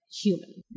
human